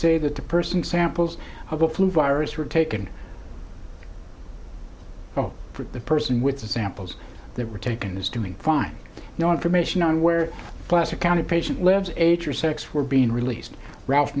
say that the person samples of the flu virus were taken from the person with the samples that were taken is doing fine no information on where placer county patient lives age or sex were being released ralph